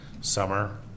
summer